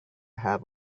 have